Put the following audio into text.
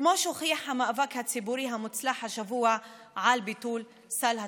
כמו שהוכיח המאבק הציבורי המוצלח השבוע על ביטול סל התרבות.